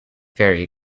very